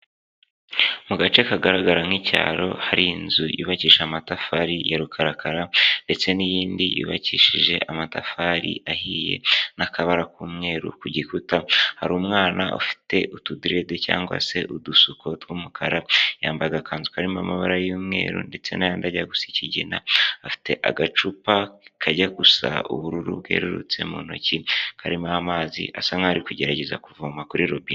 Mu gace kagaragara nk'icyaro hari inzu yubakisha amatafari ya rukarakara ndetse n'iyindi yubakishije amatafari ahiye n'akabara k'umweru ku gikuta hari umwana ufite utu direde cyangwa se udusuko tw'umukara yambaye agakanzu karimo amabara y'umweru ndetse n’ayandi ajya gusa ikigina afite agacupa kajya gusa ubururu bwerurutse mu ntoki karimo amazi asa nkari kugerageza kuvoma kuri robine.